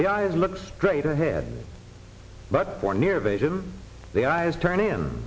the eyes look straight ahead but for near vision the eyes turn in